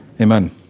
Amen